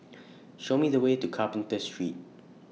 Show Me The Way to Carpenter Street